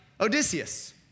Odysseus